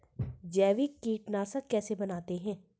जैविक कीटनाशक कैसे बनाते हैं?